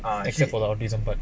except for the autism part